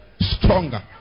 Stronger